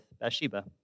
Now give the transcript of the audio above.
Bathsheba